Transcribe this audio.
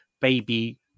baby